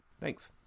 Thanks